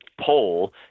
poll